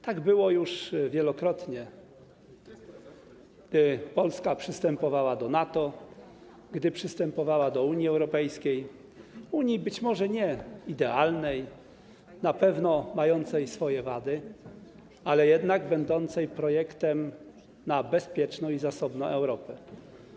Tak było już wielokrotnie - gdy Polska przystępowała do NATO, przystępowała do Unii Europejskiej, być może nieidealnej, na pewno mającej swoje wady, ale jednak będącej projektem bezpiecznej i zasobnej Europy.